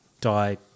*Die*